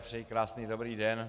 Přeji krásný dobrý den.